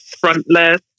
frontless